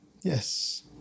Yes